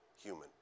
human